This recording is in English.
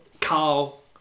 Carl